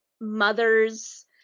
mothers